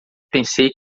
pensei